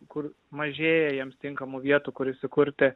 kur mažėja jiems tinkamų vietų kur įsikurti